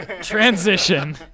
transition